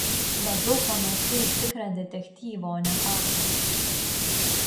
labiau panašu į tikrą detektyvą o ne pasaką